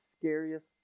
scariest